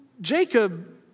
Jacob